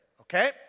Okay